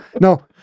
No